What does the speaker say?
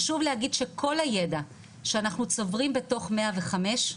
חשוב להגיד שכל הידע שאנחנו צוברים בתוך 105,